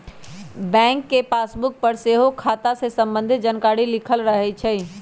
bank के passbook पर सेहो खता से संबंधित जानकारी लिखल रहै छइ